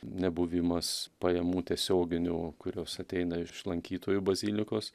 nebuvimas pajamų tiesioginių kurios ateina iš lankytojų bazilikos